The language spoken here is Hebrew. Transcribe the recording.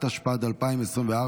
התשפ"ד 2024,